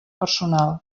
personal